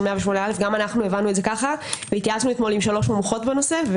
108א. גם אנחנו הבנו את זה ככה והתייעצנו אתמול עם שלוש מומחיות בנושא,